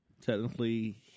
technically